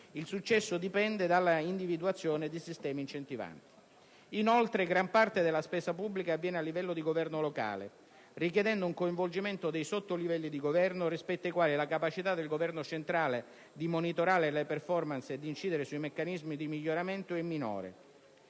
Il successo dipende dall'individuazione di sistemi incentivanti. Inoltre, gran parte della spesa pubblica avviene a livello di governo locale richiedendo un coinvolgimento dei sottolivelli di governo rispetto ai quali la capacità del Governo centrale di monitorare le *performance* e di incidere sui meccanismi di miglioramento è minore.